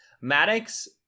Maddox